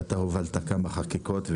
ואתה הובלת כמה חקיקות,